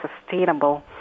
sustainable